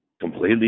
completely